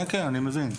כן, אני מבין.